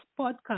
podcast